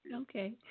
Okay